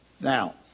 Now